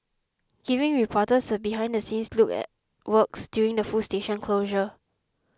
giving reporters a behind the scenes look at works during the full station closure